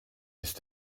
ist